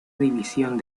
división